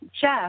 Jeff